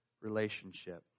relationship